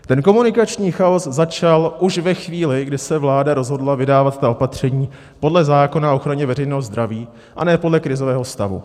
Ten komunikační chaos začal už ve chvíli, kdy se vláda rozhodla vydávat ta opatření podle zákona o ochraně veřejného zdraví a ne podle krizového stavu.